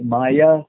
Maya